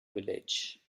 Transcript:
village